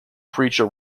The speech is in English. preached